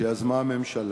שיזמה הממשלה.